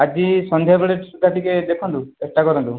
ଆଜି ସନ୍ଧ୍ୟା ବେଳେ ସୁଦ୍ଧା ଟିକେ ଦେଖନ୍ତୁ ଚେଷ୍ଟା କରନ୍ତୁ